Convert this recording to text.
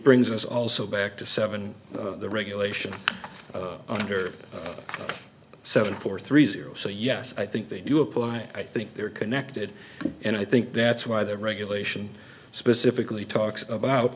brings us also back to seven the regulation under seven four three zero so yes i think they do apply i think they're connected and i think that's why the regulation specifically talks about